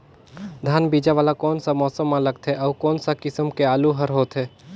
धान बीजा वाला कोन सा मौसम म लगथे अउ कोन सा किसम के आलू हर होथे?